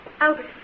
Albert